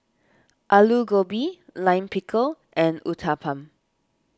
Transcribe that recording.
Alu Gobi Lime Pickle and Uthapam